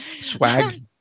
swag